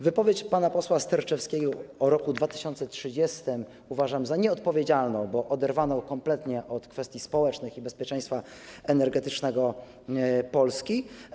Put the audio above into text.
Wypowiedź pana posła Sterczewskiego o roku 2030 uważam za nieodpowiedzialną, bo kompletnie oderwaną od kwestii społecznych i bezpieczeństwa energetycznego Polski.